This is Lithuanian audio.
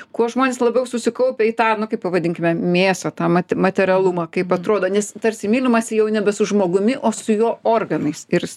kuo žmonės labiau susikaupę į tą nu kaip pavadinkime mėsą tą mat materialumą kaip atrodo nes tarsi mylimasi jau nebe su žmogumi o su jo organais ir